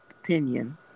opinion